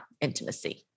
intimacy